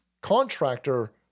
contractor